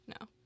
No